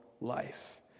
life